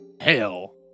Hell